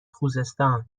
خوزستان